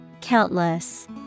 Countless